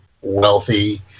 wealthy